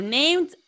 named